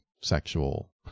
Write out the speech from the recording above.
sexual